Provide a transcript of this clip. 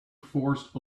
forced